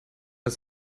ist